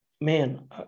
man